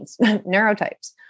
neurotypes